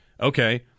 Okay